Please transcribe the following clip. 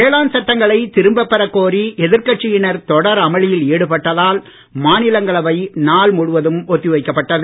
வேளாண் சட்டங்களை திரும்ப பெறக் கோரி எதிர்கட்சியினர் தொடர் அமலியில் ஈடுபட்டதால் மாநிலங்களவை நாள் முழுவதும் ஒத்திவைக்கப்பட்டது